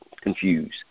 confused